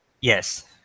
Yes